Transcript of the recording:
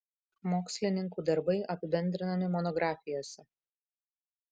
mokslininkų darbai apibendrinami monografijose